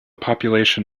population